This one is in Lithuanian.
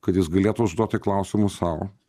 kad jis galėtų užduoti klausimus sau